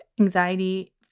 anxiety